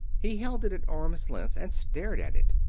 he held it at arm's length and stared at it.